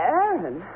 Aaron